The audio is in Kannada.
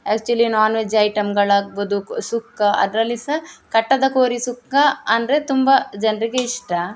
ಆ್ಯಕ್ಚುಲಿ ನಾನ್ವೆಜ್ ಐಟಮ್ಗಳಾಗ್ಬೋದು ಸುಕ್ಕ ಅದರಲ್ಲಿ ಸಹಾ ಕಟ್ಟದ ಕೋರಿ ಸುಕ್ಕ ಅಂದರೆ ತುಂಬ ಜನರಿಗೆ ಇಷ್ಟ